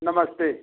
नमस्ते